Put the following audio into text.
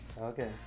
Okay